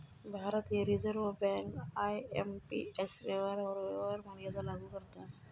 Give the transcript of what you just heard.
भारतीय reserve bank IMPS व्यवहारांवर व्यवहार मर्यादा लागू करता